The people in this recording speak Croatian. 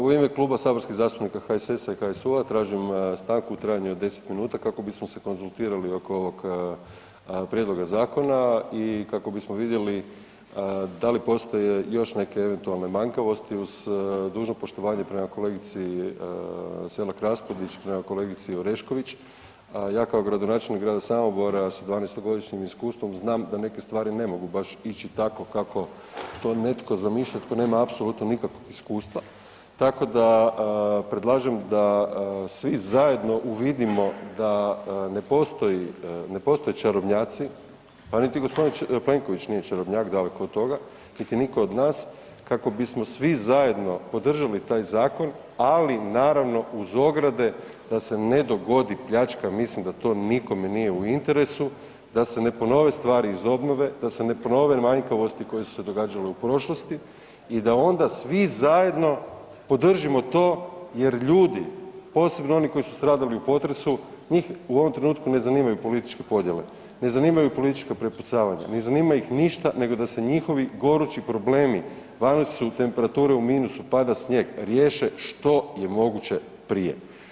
U ime Kluba saborskih zastupnika HSS-a i HSU-a tražim stanku u trajanju od 10 minuta kako bismo se konzultirali oko ovog prijedloga zakona i kako bismo vidjeli da li postoje još neke eventualne manjkavosti uz dužno poštovanje prema kolegici Selak Raspudić, prema kolegici Orešković, ja kao gradonačelnik grada Samobora sa 12—godišnjim iskustvom znam da neke stvari ne mogu baš ići tako kako to netko zamišlja tko nema apsolutno nikakvog iskustva tako da predlažem da svi zajedno uvidimo da ne postoje čarobnjaci pa niti g. Plenković nije čarobnjak, daleko od toga niti nitko od nas, kako bismo svi zajedno podržali taj zakon ali naravno uz ograde da se ne dogodi pljačka, mislim da to nikome nije u interesu, da se ne ponove stvari iz obnove, da se ne ponove manjkavosti koje su se događale u prošlosti i da onda svi zajedno podržimo to jer ljudi, posebno oni koji su stradali u potresu, njih u ovom trenutku ne zanimaju političke podjele, ne zanimaju politička prepucavanja, ne zanima ih ništa nego da se njihovi gorući problemi, vani su temperature u minusu, pada snijeg, riješe što je moguće prije.